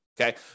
okay